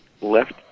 left